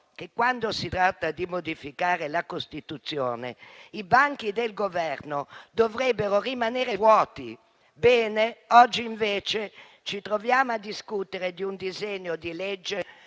che, quando si tratta di modificare la Costituzione, i banchi del Governo dovrebbero rimanere vuoti. Bene, oggi invece ci troviamo a discutere di un disegno di legge